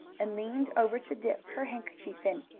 and leaned over to dip her handkerchief in.